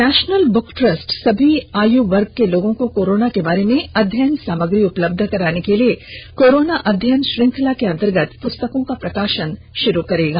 national book trust सभी आयु वर्ग के लोगों को कोरोना के बारे में अध्ययन सामग्री उपलब्ध कराने के लिए कोरोना अध्ययन श्रृंखला के अंतर्गत प्रस्तकों का प्रकाशन शुरू करेगा